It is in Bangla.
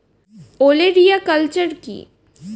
ওলেরিয়া কালচার কি?